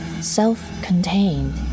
self-contained